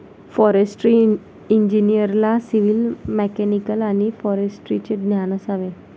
forestry इंजिनिअरला civil, mechanical आणि फॉरेस्ट्रीचे ज्ञान असावे